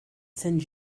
sends